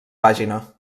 pàgina